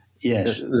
Yes